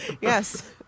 Yes